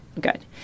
good